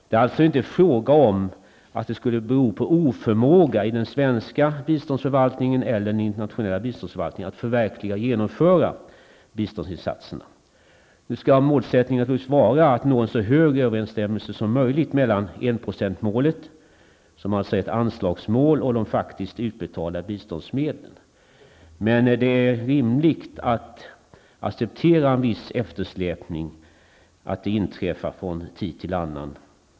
Det är alltså inte fråga om att de skulle bero på oförmåga i den svenska biståndsförvaltningen eller i den internationella biståndsförvaltningen att förverkliga och genomföra biståndsinsatserna. Nu skall målsättningen naturligtvis vara att nå en så hög överensstämmelse som möjligt mellan enprocentsmålet, som alltså är ett anslagsmål, och de faktiskt utbetalda biståndsmedlen. Men det är rimligt att acceptera att det tid efter annan inträffar en viss eftersläpning.